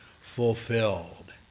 fulfilled